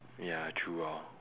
ya true ah